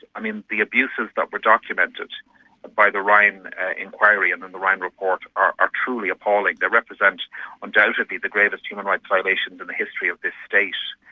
i mean, the abuses that were documented by the ryan inquiry and in the ryan report are ah truly appalling, they represent undoubtedly the greatest human rights violations in the history of this state.